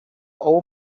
old